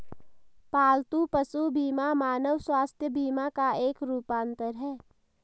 पालतू पशु बीमा मानव स्वास्थ्य बीमा का एक रूपांतर है